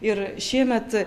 ir šiemet